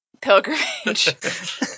pilgrimage